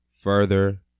further